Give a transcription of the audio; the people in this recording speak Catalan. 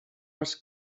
els